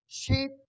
Sheep